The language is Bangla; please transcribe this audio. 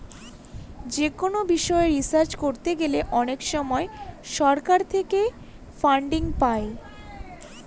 কোনো বিষয় রিসার্চ করতে গেলে অনেক সময় সরকার থেকে ফান্ডিং পাই